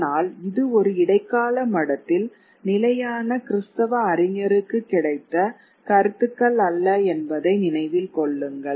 ஆனால் இது ஒரு இடைக்கால மடத்தில் நிலையான கிறிஸ்தவ அறிஞருக்கு கிடைத்த கருத்துக்கள் அல்ல என்பதை நினைவில் கொள்ளுங்கள்